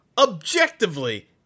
objectively